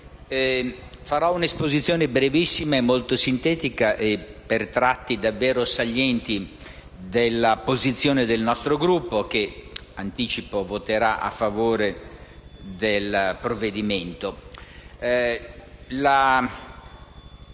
farò un'esposizione brevissima e molto sintetica, per tratti davvero salienti, della posizione del nostro Gruppo, che - anticipo - voterà a favore del provvedimento.